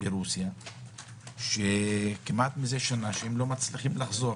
ברוסיה וכבר כמעט שנה לא מצליחים לחזור.